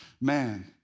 man